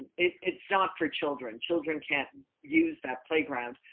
it's it's not for children, children can't and use that playground,